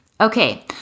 Okay